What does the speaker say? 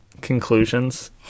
conclusions